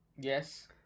Yes